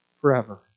forever